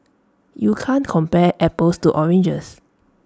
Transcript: you can't compare apples to oranges